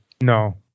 No